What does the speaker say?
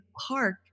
park